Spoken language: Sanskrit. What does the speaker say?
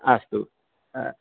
अस्तु